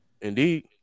Indeed